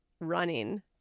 Running